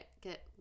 get